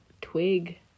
Twig